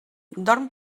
dorm